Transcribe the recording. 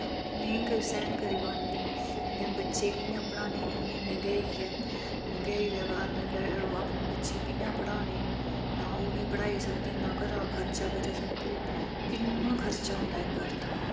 ओह् नेईं सैह्न करी पांदे अग्गै बच्चे कियां पढ़ाने इन्नी महंगैई ऐ महंगैई दै कारण अपने बच्चे कियां पढ़ाने ना उनें पढ़ाई सकदे ना घरा खर्चा करी सकदे किन्ना खर्चा औंदा इक घर दा